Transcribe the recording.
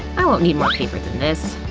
i won't need more paper than this.